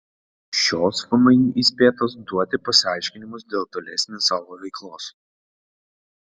šios fmį įspėtos duoti pasiaiškinimus dėl tolesnės savo veiklos